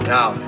Now